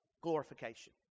glorification